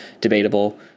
debatable